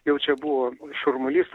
jau čia buvo šurmulys